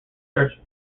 search